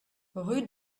rue